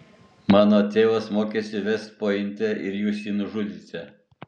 mano tėvas mokėsi vest pointe ir jūs jį nužudėte